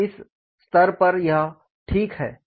क्या इस स्तर पर यह ठीक है